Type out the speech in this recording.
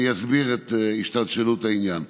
אני אסביר את השתלשלות העניין.